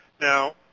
Now